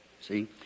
See